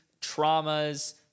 traumas